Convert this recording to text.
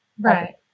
Right